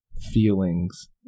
feelings